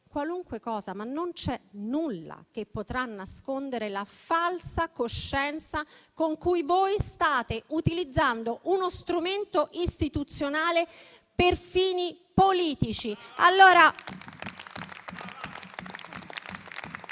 qualunque cosa, ma non c'è nulla che potrà nascondere la falsa coscienza con cui voi state utilizzando uno strumento istituzionale per fini politici.